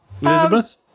Elizabeth